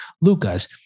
Lucas